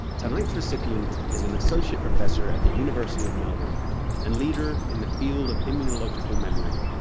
tonight's recipient is an associate professor at the university of melbourne and leader in the field of immunological memory.